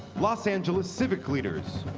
los angeles civic leaders,